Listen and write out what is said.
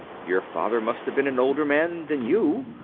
your father must have been an older man than you.